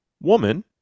woman